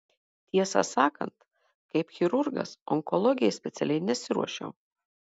tiesą sakant kaip chirurgas onkologijai specialiai nesiruošiau